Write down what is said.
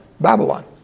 Babylon